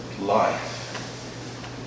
Life